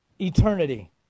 Eternity